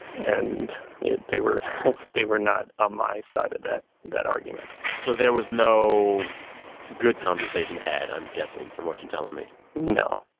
and they were they were not on ah my side of that that argument so there was no good conversation had, i'm guessing, from what you're telling me no.